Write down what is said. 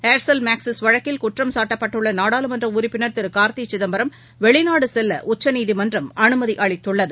Aircel Maxis வழக்கில் குற்றம்சாட்டப்பட்டுள்ள நாடாளுமன்ற உறுப்பினர் திரு கார்த்தி சிதம்பரம் வெளிநாடு செல்ல உச்சநீதிமன்றம் அனுமதியளித்துள்ளது